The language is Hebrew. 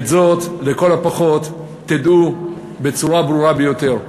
ואת זאת, לכל הפחות, תדעו בצורה ברורה ביותר: